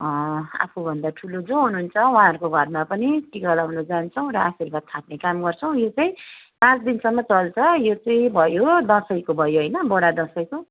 आफूभन्दा ठुलो जो हुनुहुन्छ उहाँहरूको घरमा पनि टिका लाउनु जान्छौँ र आशीर्वाद थाप्ने काम गर्छौँ यो चाहिँ पाँच दिनसम्म चल्छ यो चाहिँ भयो दसैंको भयो होइन बडा दसैँको